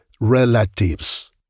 relatives